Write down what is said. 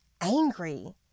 angry